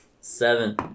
Seven